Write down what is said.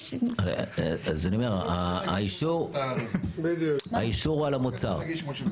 אז אני אומר, האישור, האישור הוא על המוצר.